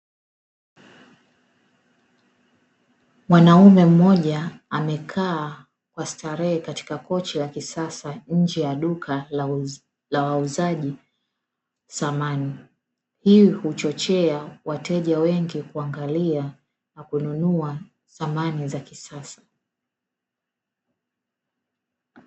Mwanamume mmoja amekaa kwa starehe katika kochi la kisasa, nje ya duka la wauzaji samani. Hii uchochea wateja wengi kuangalia, na kununua samani za kisasa.